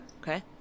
Okay